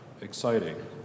exciting